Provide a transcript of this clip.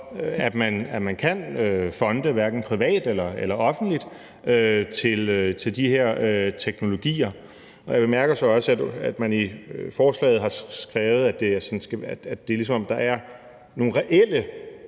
at man kan fonde, hverken privat eller offentligt, de her teknologier. Jeg bemærker så også, at man i forslaget har skrevet, at det er, som om der er nogle reelle